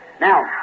Now